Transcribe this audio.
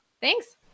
Thanks